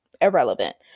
irrelevant